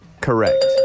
Correct